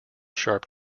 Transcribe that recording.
sharp